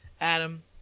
Adam